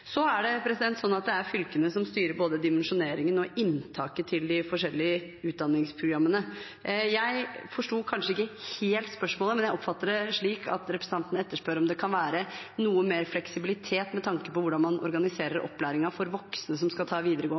Så er det fylkene som styrer både dimensjoneringen og inntaket til de forskjellige utdanningsprogrammene. Jeg forsto kanskje ikke helt spørsmålet, men jeg oppfatter det slik at representanten etterspør om det kan være noe mer fleksibilitet med tanke på hvordan man organiserer opplæringen for voksne som skal ta